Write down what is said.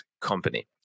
company